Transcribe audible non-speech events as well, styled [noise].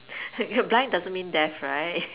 [laughs] blind doesn't mean deaf right